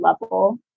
level